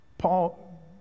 Paul